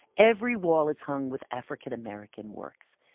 every wall is hung with african-american works.